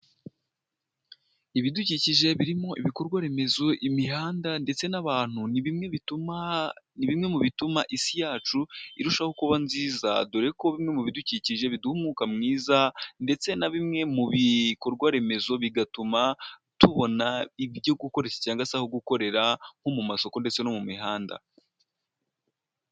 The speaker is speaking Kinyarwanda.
Ibidukikije birimo ibikorwa remezo, imihanda ndetse n'abantu, ni bimwe bituma ni bimwe mu bituma isi yacu irushaho kuba nziza, dore ko bimwe mu bidukikije biduha umwuka mwiza ndetse na bimwe mu bikorwaremezo, bigatuma tubona ibyo gukoresha cyangwa aho gukorera nko mu masoko ndetse no mu mihanda.